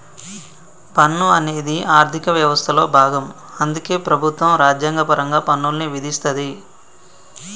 పన్ను అనేది ఆర్థిక వ్యవస్థలో భాగం అందుకే ప్రభుత్వం రాజ్యాంగపరంగా పన్నుల్ని విధిస్తది